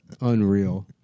unreal